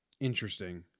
Interesting